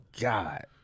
God